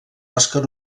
oscar